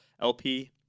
LP